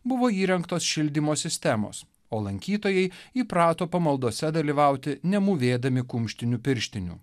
buvo įrengtos šildymo sistemos o lankytojai įprato pamaldose dalyvauti nemūvėdami kumštinių pirštinių